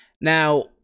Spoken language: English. Now